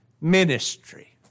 ministry